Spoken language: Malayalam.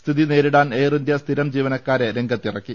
സ്ഥിതി നേരിടാൻ എയർ ഇന്ത്യ സ്ഥിരം ജീവനക്കാരെ രംഗത്തിറക്കി